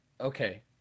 okay